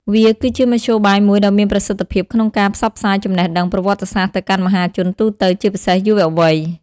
វាគឺជាមធ្យោបាយមួយដ៏មានប្រសិទ្ធភាពក្នុងការផ្សព្វផ្សាយចំណេះដឹងប្រវត្តិសាស្ត្រទៅកាន់មហាជនទូទៅ ជាពិសេសយុវវ័យ។